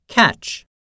Catch